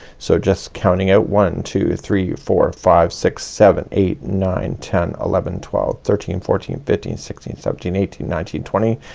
so just counting out one, two, three, four, five, six, seven, eight, nine, ten, eleven, twelve, thirteen, fourteen, fifteen, sixteen, seventeen, eighteen, nineteen, twenty,